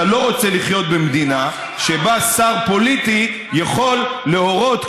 אתה לא רוצה לחיות במדינה שבה שר פוליטי יכול להורות,